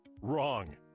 Wrong